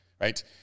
right